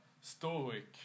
stoic